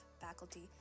faculty